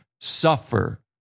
suffer